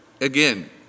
again